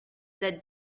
that